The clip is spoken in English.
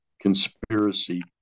conspiracy